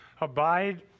abide